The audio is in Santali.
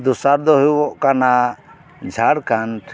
ᱫᱚᱥᱟᱨ ᱫᱚ ᱦᱩᱭᱩᱜᱚᱜ ᱠᱟᱱᱟ ᱡᱷᱟᱲᱠᱷᱚᱰ